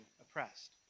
oppressed